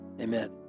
Amen